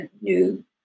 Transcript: new